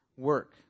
work